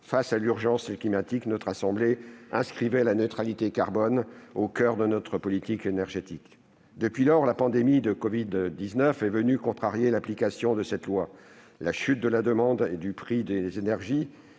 Face à l'urgence climatique, notre assemblée inscrivait la neutralité carbone au coeur de notre politique énergétique. Depuis lors, la pandémie de covid-19 est venue contrarier l'application de cette loi. La chute de la demande et du prix des énergies,